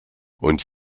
und